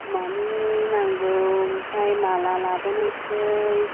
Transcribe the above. खोमानि नांगौ ओमफ्राय माला लाबोनोसै